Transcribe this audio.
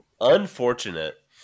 Unfortunate